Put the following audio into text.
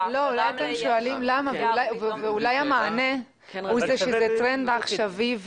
אולי המענה הוא שזה טרנד עכשיוי.